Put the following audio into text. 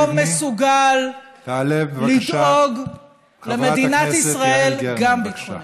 לא מסוגלת לדאוג למדינת ישראל גם ביטחונית.